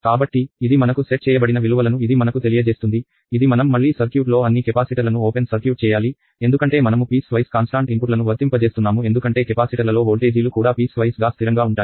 కాబట్టి ఇది మనకు సెట్ చేయబడిన విలువలను ఇది మనకు తెలియజేస్తుంది ఇది మనం మళ్ళీ సర్క్యూట్ లో అన్ని కెపాసిటర్లను ఓపెన్ సర్క్యూట్ చేయాలి ఎందుకంటే మనము పీస్ వైస్ కాన్స్టాంట్ ఇన్పుట్లను వర్తింపజేస్తున్నాము ఎందుకంటే కెపాసిటర్లలో వోల్టేజీలు కూడా పీస్ వైస్ గా స్థిరంగా ఉంటాయి